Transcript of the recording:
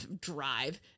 drive